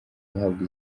guhabwa